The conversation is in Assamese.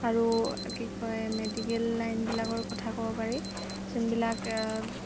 আৰু কি কয় মেডিকেল লাইনবিলাকৰ কথা ক'ব পাৰি যোনবিলাক